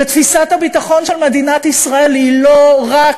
ותפיסת הביטחון של מדינת ישראל היא לא רק